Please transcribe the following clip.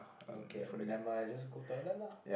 okay never mind just go toilet lah